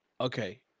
okay